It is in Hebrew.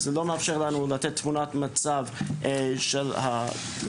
זה לא מאפשר לנו לתת תמונת מצב של התופעה,